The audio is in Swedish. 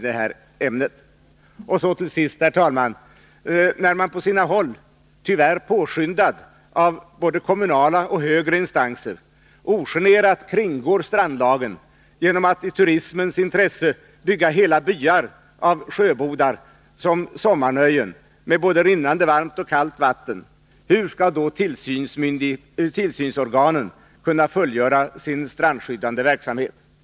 När man, till sist herr talman, på sina håll — tyvärr påskyndad av både kommunala och högre instanser — ogenerat kringgår strandlagen genom att i turismens intresse bygga hela byar av sjöbodar till sommarnöjen med rinnande både kallt och varmt vatten, hur skall då tillsynsorganen kunna fullgöra sin strandskyddande verksamhet?